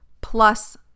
plus